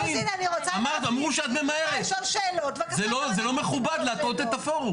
זה לא מכובד להטעות את הפורום.